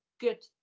good